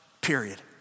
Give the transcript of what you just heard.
period